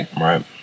Right